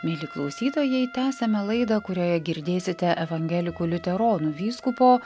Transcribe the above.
mieli klausytojai tęsiame laidą kurioje girdėsite evangelikų liuteronų vyskupo